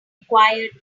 acquired